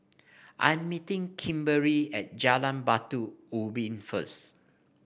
I'm meeting Kimberley at Jalan Batu Ubin first